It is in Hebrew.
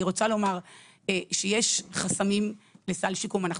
אני רוצה לומר שיש חסמים לסל שיקום אנחנו